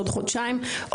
עוד חודשיים,